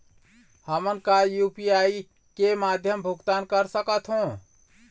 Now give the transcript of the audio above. हमन का यू.पी.आई के माध्यम भुगतान कर सकथों?